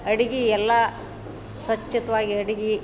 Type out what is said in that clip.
ಅಡುಗೆ ಎಲ್ಲ ಸ್ವಚ್ಛತೆಯಾಗಿ ಅಡುಗೆ